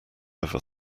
ever